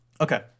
Okay